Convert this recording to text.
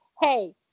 Hey